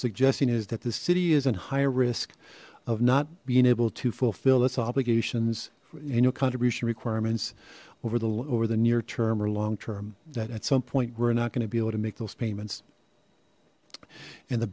suggesting is that the city is in high risk of not being able to fulfill its obligations and your contribution requirements over the over the near term or long term that at some point we're not going to be able to make those payments and the